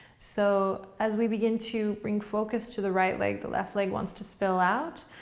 so as we begin to bring focus to the right leg, the left leg wants to spill out,